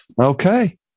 Okay